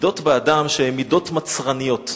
באדם שהן מידות מצרניות.